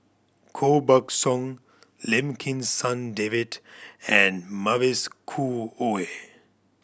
Koh Buck Song Lim Kim San David and Mavis Khoo Oei